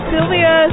Sylvia